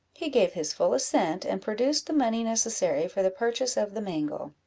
he gave his full assent, and produced the money necessary for the purchase of the mangle.